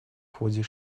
ходе